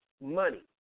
money